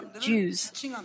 Jews